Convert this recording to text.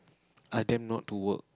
ask them not to work